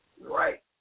right